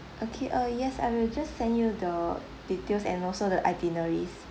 okay uh yes I will just send you the details and also the itineraries